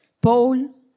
Paul